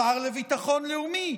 השר לביטחון לאומי,